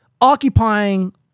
occupying